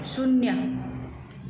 शून्य